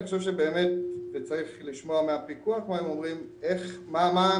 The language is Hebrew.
וצריך לשמוע מהפיקוח מה הם אומרים,